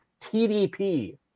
TDP